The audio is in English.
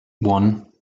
one